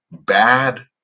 Bad